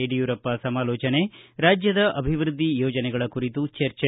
ಯಡಿಯೂರಪ್ಪ ಸಮಾಲೋಚನೆ ರಾಜ್ಯದ ಅಭಿವೃದ್ದಿ ಯೋಜನೆಗಳ ಕುರಿತು ಚರ್ಚೆ